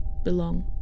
belong